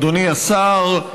אדוני השר,